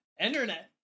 Internet